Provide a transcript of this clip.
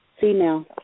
female